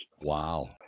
wow